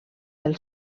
del